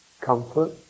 comfort